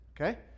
okay